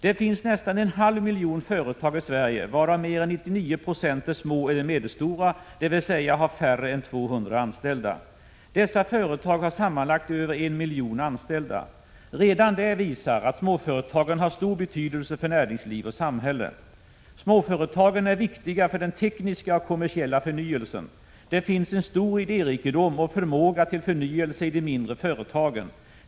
Det finns nästan en halv miljon företag i Sverige, varav mer än 99 96 är små eller medelstora, dvs. har färre än 200 anställda. Dessa företag har sammanlagt över 1 miljon anställda. Redan det visar att småföretagen har stor betydelse för näringsliv och samhälle. Småföretagen är viktiga för den tekniska och kommersiella förnyelsen. Det finns en stor idérikedom och förmåga till förnyelse i de mindre företagen.